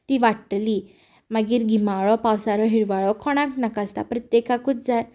ती वाडटली मागीर गिमाळो पावसाळो हिंवाळो कोणाक नाका आसता प्रत्येकाक जाय